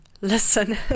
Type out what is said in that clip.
listen